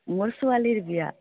মোৰ ছোৱালীৰ বিয়া